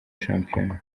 shampiyona